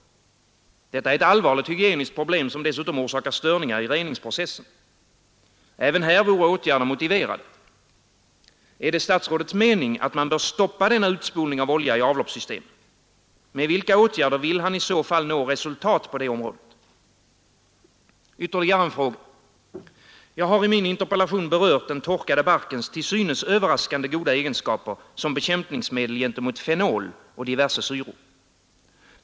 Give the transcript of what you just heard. Detta är ett allvarligt hygieniskt problem, som dessutom orsakar störningar i reningsprocessen. Även här vore åtgärder motiverade. Är det statsrådets mening, att man bör stoppa denna utspolning av olja i avloppssystemen? Med vilka åtgärder vill han i så fall nå resultat på området? Ytterligare en fråga. Jag har i min interpellation berört den torkade barkens till synes överraskande goda egenskaper som bekämpningsmedel gentemot fenol och diverse syror.